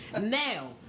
Now